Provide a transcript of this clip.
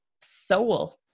soul